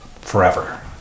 forever